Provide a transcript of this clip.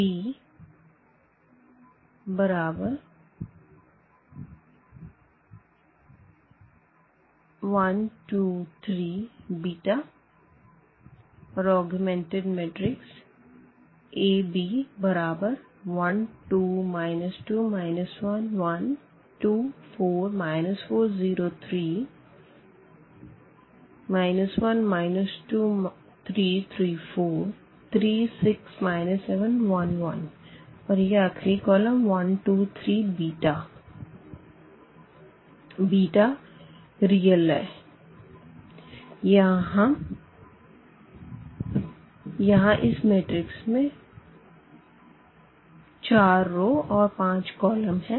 b1 2 3 ∈R यहाँ इस matrix में 4 रो और 5 कॉलम है